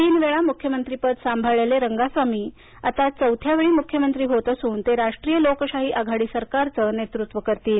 तीन वेळा मुख्यमंत्री पद सांभाळलेले रंगासामी आता चौथ्या वेळी मुख्यमंत्री होत असून ते राष्ट्रीय लोकशाही आघाडी सरकारचं नेतृत्व करतील